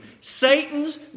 Satan's